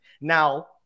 Now